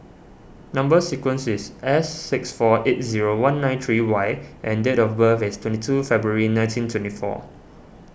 Number Sequence is S six four eight zero one nine three Y and date of birth is twenty two February nineteen twenty four